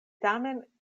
tamen